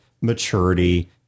maturity